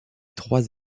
trois